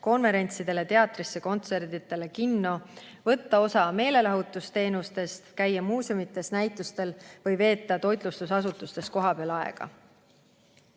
konverentsidele, teatrisse, kontserdile, kinno, võtta osa meelelahutusteenustest, käia muuseumides, näitustel või veeta toitlustusasutustes kohapeal aega.